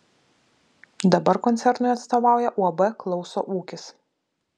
dabar koncernui atstovauja uab klauso ūkis